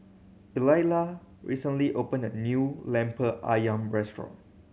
Eulalia recently opened a new Lemper Ayam restaurant